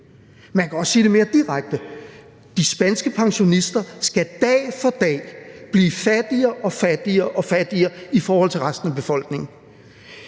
Man kan også sige det mere direkte: De spanske pensionister skal dag for dag blive fattigere og fattigere i forhold til resten af befolkningen.